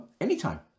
anytime